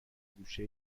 گوشه